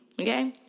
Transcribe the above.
okay